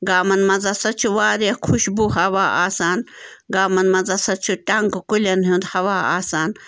گامَن مَنٛز ہَسا چھِ واریاہ خُشبوٗ ہوا آسان گامَن مَنٛز ہَسا چھُ ٹنٛگہٕ کُلٮ۪ن ہُنٛد ہوا آسان